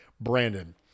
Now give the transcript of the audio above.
Brandon